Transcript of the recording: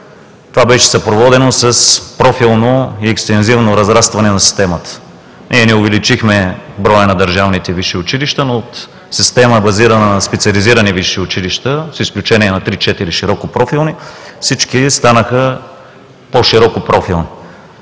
Това беше съпроводено с профилно и екстензивно разрастване на системата. Ние не увеличихме броя на държавните висши училища, но от система, базирана на специализирани висши училища, с изключение на три-четири широко профилни, всички станаха по-широко профилни.